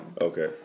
Okay